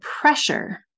pressure